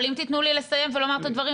אבל אם תיתנו לי לסיים ולומר את הדברים